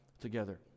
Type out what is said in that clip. together